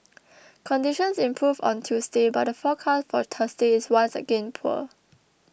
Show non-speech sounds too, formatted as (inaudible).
(noise) conditions improved on Tuesday but the forecast for Thursday is once again poor